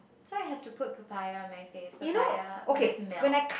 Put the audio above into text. so I have to put papaya on my face papaya with milk